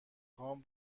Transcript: هام